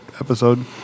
episode